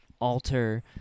alter